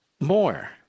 More